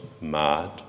mad